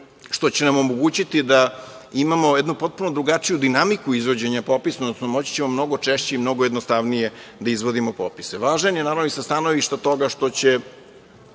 što će nam omogućiti da imamo jednu potpuno drugačiju dinamiku izvođenja popisa, odnosno moći ćemo mnogo češće i mnogo jednostavnije da izvodimo popis. Važan je, naravno, i sa stanovišta toga što će